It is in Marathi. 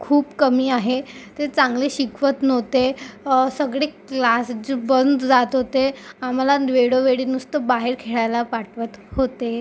खूप कमी आहे ते चांगले शिकवत नव्हते सगळे क्लास जे बंद राहत होते आम्हाला वेळोवेळी नुसतं बाहेर खेळायला पाठवत होते